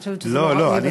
אני חושבת שזה לא ראוי.